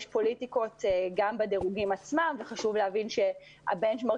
יש פוליטיקות גם בדירוגים עצמם וחשוב להבין שהבנצ'מארקים